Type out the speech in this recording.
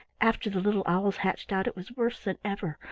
after the little owls hatched out it was worse than ever,